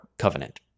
covenant